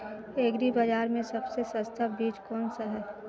Agree बाज़ार में सबसे सस्ता बीज कौनसा है?